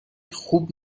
خوب